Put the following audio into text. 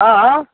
आँ